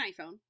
iPhone